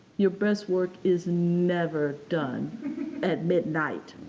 your best work is never done at midnight.